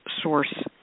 source